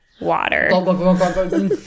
water